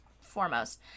foremost